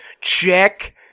check